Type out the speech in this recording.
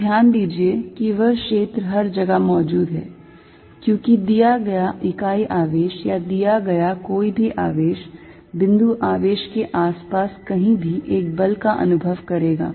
तो ध्यान दीजिए कि वह क्षेत्र हर जगह मौजूद है क्योंकि दिया गया इकाई आवेश या दिया गया कोई भी आवेश बिंदु आवेश के आसपास कहीं भी एक बल का अनुभव करेगा